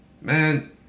man